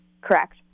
Correct